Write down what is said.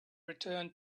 return